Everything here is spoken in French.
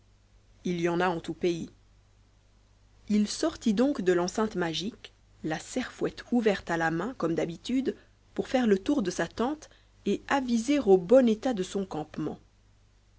il y en a en tous pays il sortit donc de l'enceinte magiquo la serfouette ouverte à la main comme d'habitude pour faire le tour de sa tente et aviser au bon état de son campement